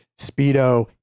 Speedo